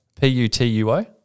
P-U-T-U-O